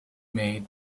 made